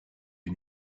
est